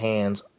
Hand's